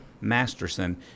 masterson